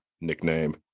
nickname